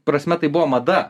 prasme tai buvo mada